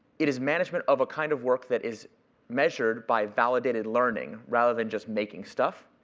it is management of a kind of work that is measured by validated learning, rather than just making stuff.